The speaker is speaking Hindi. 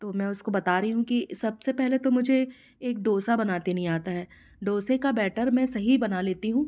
तो मैं उसको बता रही हूँ कि सबसे पहले तो मुझे एक डोसा बनाते नहीं आता है डोसे का बैटर मैं सही बना लेती हूँ